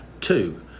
two